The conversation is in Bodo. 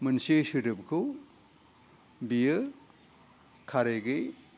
मोनसे सोदोबखौ बेयो कारेक्टयै